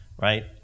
right